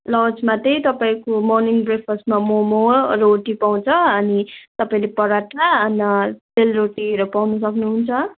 लन्चमा त्यही तपाईँको मोर्निङ ब्रेकफास्टमा मोमो रोटी पाउँछ अनि तपाईँले पराठा अनि सेलरोटी र कफी पाउन सक्नुहुन्छ